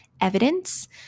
evidence